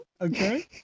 okay